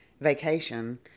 vacation